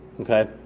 Okay